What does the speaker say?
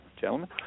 gentlemen